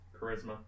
charisma